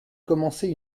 commencer